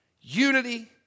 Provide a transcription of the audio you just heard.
unity